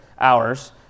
hours